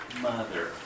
mother